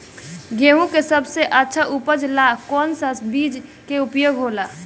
गेहूँ के सबसे अच्छा उपज ला कौन सा बिज के उपयोग होला?